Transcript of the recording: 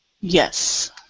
Yes